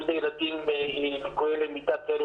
אם אלו ילדים עם ליקוי למידה כאלו